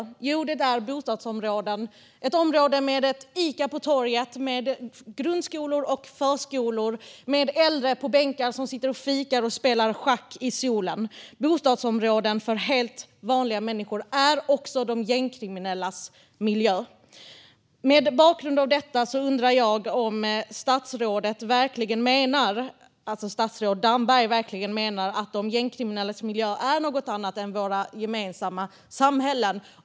Jo, det är bostadsområden - områden med Ica på torget, med grundskolor och förskolor och med bänkar där äldre sitter och fikar och spelar schack i solen. Bostadsområden för helt vanliga människor är också de gängkriminellas miljö. Mot bakgrund av detta undrar jag om statsrådet Damberg verkligen menar att de gängkriminellas miljö är något annat än våra gemensamma samhällen.